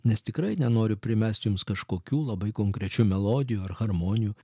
nes tikrai nenoriu primest jums kažkokių labai konkrečių melodijų ar harmonijų